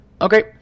Okay